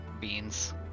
beans